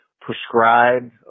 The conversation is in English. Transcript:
prescribed